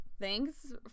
Thanks